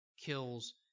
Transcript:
kills